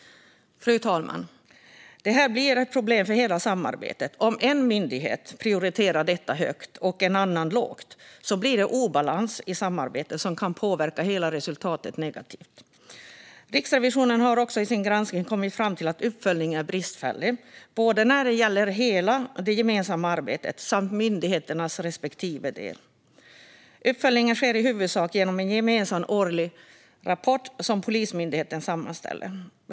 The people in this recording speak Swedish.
Fru talman! Detta blir ett problem för hela samarbetet. Om en myndighet prioriterar detta högt och en annan lågt uppstår en obalans i samarbetet som kan påverka hela resultatet negativt. Riksrevisionen har också i sin granskning kommit fram till att uppföljningen är bristfällig när det gäller både det gemensamma arbetet och myndigheternas respektive delar. Uppföljningen sker i huvudsak genom en gemensam årlig rapport som Polismyndigheten sammanställer.